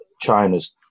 China's